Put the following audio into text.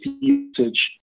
usage